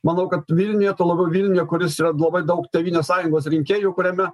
manau kad vilniuje tuo labiau vilniuje kuris yra labai daug tėvynės sąjungos rinkėjų kuriame